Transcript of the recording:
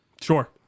sure